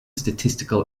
statistical